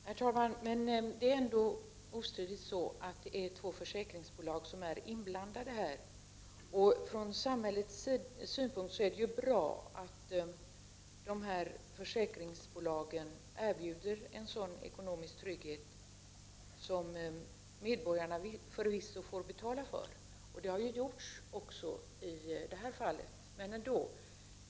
Herr talman! Det är ändå ostridigt att två försäkringsbolag här är inblandade. Från samhällets synpunkt är det bra att försäkringsbolagen erbjuder en ekonomisk trygghet, som medborgarna förvisso får betala för. Så har i det här fallet också skett.